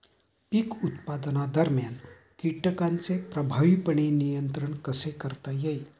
पीक उत्पादनादरम्यान कीटकांचे प्रभावीपणे नियंत्रण कसे करता येईल?